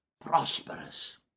prosperous